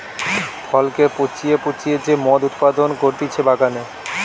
ফলকে পচিয়ে পচিয়ে যে মদ উৎপাদন করতিছে বাগানে